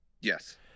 Yes